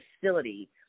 facility